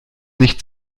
nicht